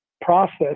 process